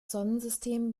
sonnensystem